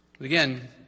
Again